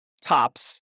tops